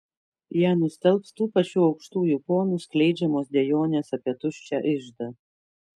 ją nustelbs tų pačių aukštųjų ponų skleidžiamos dejonės apie tuščią iždą